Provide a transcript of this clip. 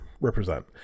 Represent